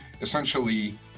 essentially